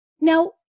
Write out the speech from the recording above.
Now